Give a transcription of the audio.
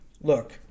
look